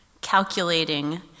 calculating